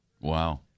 Wow